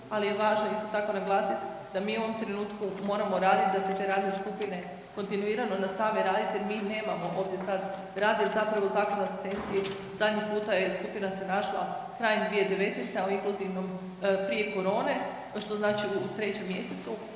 ali je važno isto tako, naglasiti da mi u ovom trenutku moramo raditi da se te radne skupine kontinuirano nastave raditi jer mi nemamo ovdje sad, rad jer zapravo Zakon o asistenciji, zadnji puta je skupina se našla krajem 2019. a u inkluzivnom, prije korone, što znači u 3. mjesecu,